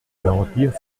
garantir